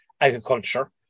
Agriculture